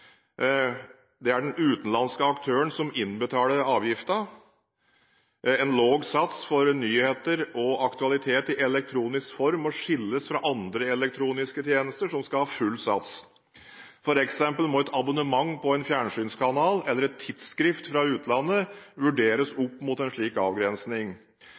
Det er den utenlandske aktøren som innbetaler avgiften. En lav sats for nyheter og aktualitetsstoff i elektronisk form må skilles fra andre elektroniske tjenester som skal ha full sats. For eksempel må et abonnement på en fjernsynskanal eller et tidsskrift fra utlandet vurderes opp mot en slik avgrensning.